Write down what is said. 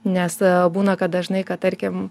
nes būna kad dažnai kad tarkim